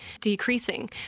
decreasing